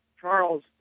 Charles